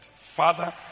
Father